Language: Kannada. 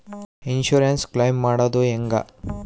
ಇನ್ಸುರೆನ್ಸ್ ಕ್ಲೈಮು ಮಾಡೋದು ಹೆಂಗ?